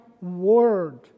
word